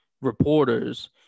reporters